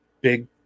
big